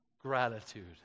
gratitude